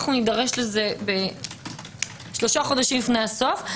נידרש לזה שלושה חודשים לפני הסוף,